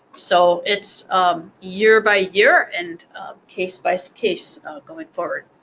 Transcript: so its year by year and case by so case going forward.